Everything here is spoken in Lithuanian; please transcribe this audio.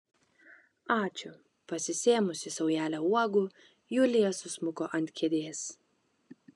ačiū pasisėmusi saujelę uogų julija susmuko ant kėdės